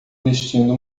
vestindo